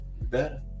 Better